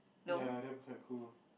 ya that will be quite cool